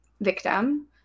victim